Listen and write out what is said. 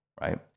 right